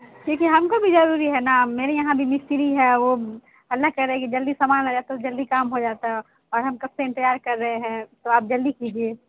دیکھیے ہم کو بھی ضروری ہے نا میرے یہاں بھی مستری ہے وہ ہلا کر رہا ہے کہ جلدی سامان آتا تو جلدی کام ہو جاتا اور ہم کب سے انتظار کر رہے ہیں تو آپ جلدی کیجیے